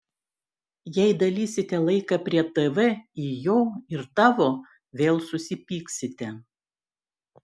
jei dalysite laiką prie tv į jo ir tavo vėl susipyksite